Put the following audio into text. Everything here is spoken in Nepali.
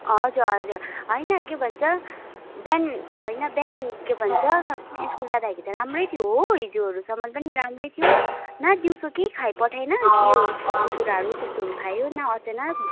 हजुर हजुर होइन के भन्छ बिहान होइन बिहान के भन्छ स्कुल जाँदाखेरि त राम्रै थियो हो हिजोहरूसम्म पनि राम्रै थियो न दिउँसो केही खाइ पठाएन के हो चिसो कुराहरू त्यस्तोहरू खायो न अचानक